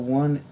one